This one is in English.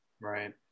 Right